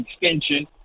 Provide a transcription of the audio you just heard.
extension